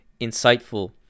insightful